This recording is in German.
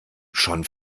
schon